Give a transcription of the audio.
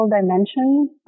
dimension